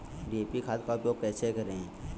DAP खाद का उपयोग कैसे करें?